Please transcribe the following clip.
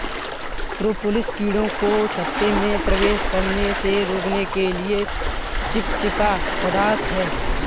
propolis कीड़ों को छत्ते में प्रवेश करने से रोकने के लिए चिपचिपा पदार्थ है